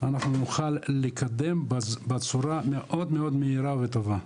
אנחנו נוכל לקדם בצורה מאוד מאוד מהירה וטובה,